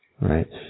Right